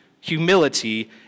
humility